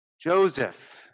Joseph